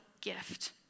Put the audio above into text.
gift